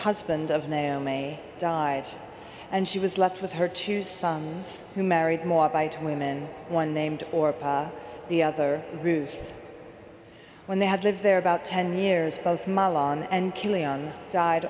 husband of naomi died and she was left with her two sons who married more by two women one named or the other ruth when they had lived there about ten years both mylan and